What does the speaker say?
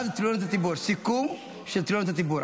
עכשיו תלונות הציבור, סיכום של תלונות הציבור.